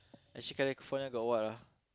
actually California got what ah